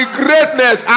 greatness